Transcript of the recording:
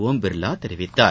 ஓம் பிர்லா தெரிவித்தார்